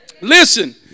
Listen